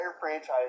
franchise